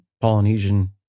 Polynesian